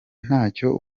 ntacyo